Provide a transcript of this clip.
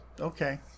okay